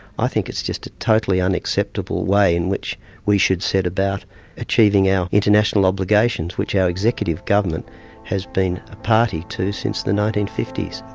i think it's just a totally unacceptable way in which we should set about achieving our international obligations which or executive government has been party to since the nineteen fifty s.